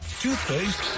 toothpaste